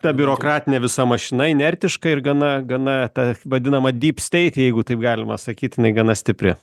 ta biurokratinė visa mašina inertiška ir gana gana ta vadinama dyp steit jeigu taip galima sakyt jinai gana stipri